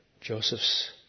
Joseph's